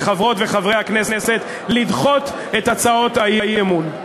מחברות וחברי הכנסת לדחות את הצעות האי-אמון.